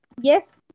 yes